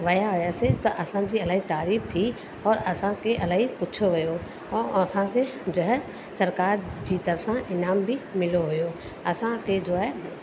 विया हुआसीं त असांजी इलाही तारीफ़ थी और असांखे इलाही पुछियो वियो और असांखे जो हे सरकार जी तरफ़ा इनाम बि मिलो हुयो असांखे जो आहे